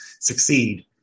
succeed